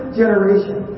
generation